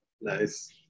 Nice